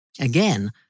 Again